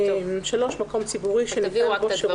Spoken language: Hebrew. (3)מקום ציבורי שניתן בו שירות בריאות.